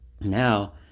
Now